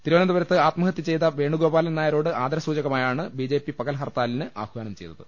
തിരുവനന്തപുരത്ത് ആത്മഹത്യ ചെയ്ത വേണുഗോപാലൻനായരോട് ആദരസൂചകമായാണ് ബിജെപി പകൽഹർത്താലിന് ആഹ്വാനം നൽകിയത്